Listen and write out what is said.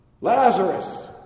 Lazarus